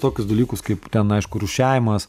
tokius dalykus kaip ten aišku rūšiavimas